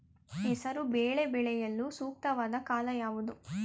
ಹೆಸರು ಬೇಳೆ ಬೆಳೆಯಲು ಸೂಕ್ತವಾದ ಕಾಲ ಯಾವುದು?